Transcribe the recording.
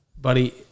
buddy